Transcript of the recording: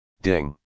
Ding